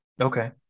okay